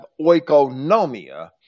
oikonomia